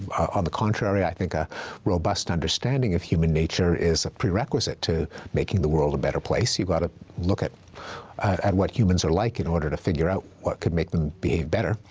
on the contrary, i think a robust understanding of human nature is a prerequisite to making the world a better place. you've gotta look at at what humans are like in order to figure out what could make them behave better.